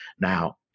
Now